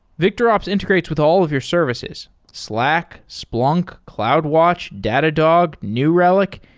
victorops integrates with all of your services slack, splunk, cloudwatch, datadog, new relic,